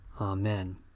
Amen